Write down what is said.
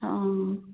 অঁ